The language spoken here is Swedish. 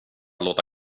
låta